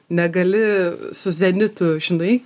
negali su zenitu žinai